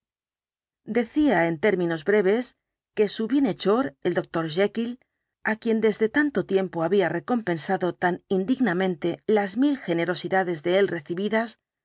decía en términos breves que su bienhechor el doctor jekyll á quien desde tanto tiempo había recompensado tan indignamente las mil generosidades de él recibidas